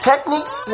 Techniques